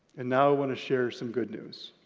and now, i want to share some good news,